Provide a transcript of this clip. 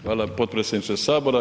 Hvala potpredsjedniče Sabora.